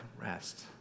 rest